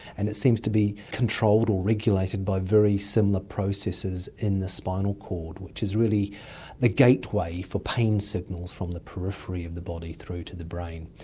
and it seems to be controlled or regulated by very similar processes in the spinal cord, which is really the gateway for pain signals from the periphery of the body through to the brain.